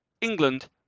England